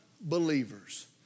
believers